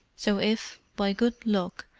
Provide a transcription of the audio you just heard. so if, by good luck,